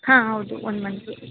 ಹಾಂ ಹೌದು ಒಂದು ಮಂತ್ಗೆ